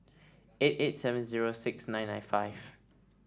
eight eight seven zero six nine nine five